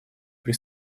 при